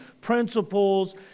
principles